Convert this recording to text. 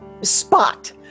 Spot